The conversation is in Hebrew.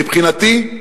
מבחינתי,